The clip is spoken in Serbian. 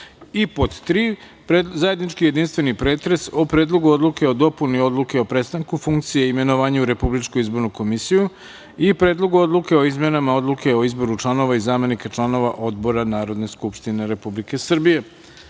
razvoj i3. zajednički jedinstveni pretres o Predlogu odluke o dopuni Odluke o prestanku funkcije i imenovanju u Republičku izbornu komisiju i Predlogu odluke o izmenama Odluke o izboru članova i zamenika članova odbora Narodne skupštine Republike